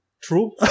true